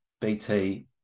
BT